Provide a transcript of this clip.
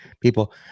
people